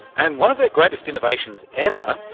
and one of their greatest innovations ever,